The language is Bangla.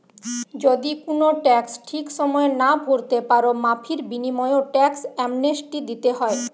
যদি কুনো ট্যাক্স ঠিক সময়ে না ভোরতে পারো, মাফীর বিনিময়ও ট্যাক্স অ্যামনেস্টি দিতে হয়